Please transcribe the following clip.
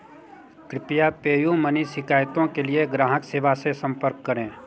कृपया PayU money शिकायतों के लिए ग्राहक सेवा से संपर्क करें